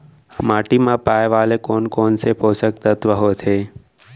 माटी मा पाए वाले कोन कोन से पोसक तत्व होथे?